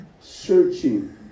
Searching